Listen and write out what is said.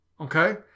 Okay